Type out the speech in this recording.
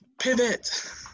pivot